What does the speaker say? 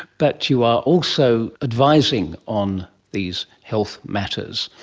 but you are also advising on these health matters.